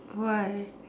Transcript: why